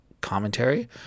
commentary